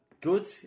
good